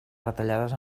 retallades